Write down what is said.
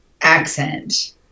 accent